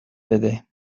بده